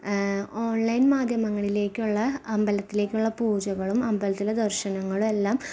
online മാധ്യമങ്ങളിലേക്കുള്ള അമ്പലത്തിലേക്കുള്ള പൂജകളും അമ്പലത്തിലെ ദര്ശനങ്ങളുവെല്ലാം